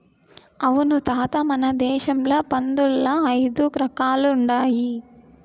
అవును తాత మన దేశంల పందుల్ల ఐదు రకాలుండాయి